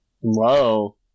Whoa